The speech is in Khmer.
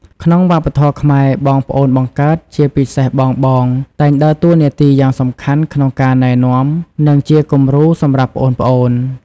ក្នុងវប្បធម៌ខ្មែរ បងប្អូនបង្កើត ជាពិសេសបងៗ តែងដើរតួនាទីយ៉ាងសំខាន់ក្នុងការណែនាំ និងជាគំរូសម្រាប់ប្អូនៗ ។